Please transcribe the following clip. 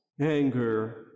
anger